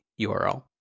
URL